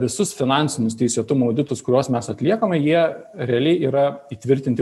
visus finansinius teisėtumo auditus kuriuos mes atliekame jie realiai yra įtvirtinti